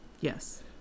Yes